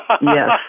Yes